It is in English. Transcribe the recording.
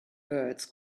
birds